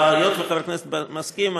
היות שחבר הכנסת מסכים,